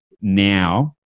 now